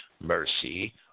Mercy